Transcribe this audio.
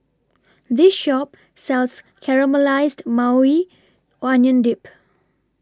This Shop sells Caramelized Maui Onion Dip